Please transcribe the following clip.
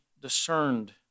discerned